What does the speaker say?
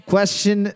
Question